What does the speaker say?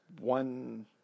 one